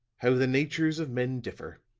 how the natures of men differ.